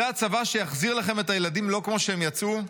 זה הצבא שיחזיר לכם את הילדים לא כמו שהם יצאו?